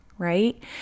right